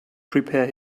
prepare